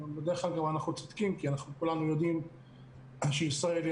בדרך כלל אנחנו צודקים כי כולנו יודעים שישראל היא